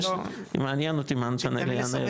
מעניין אותי מה נתנאל יענה.